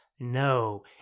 No